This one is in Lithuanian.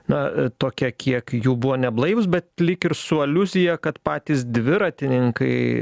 na tokia kiek jų buvo neblaivūs bet lyg ir su aliuzija kad patys dviratininkai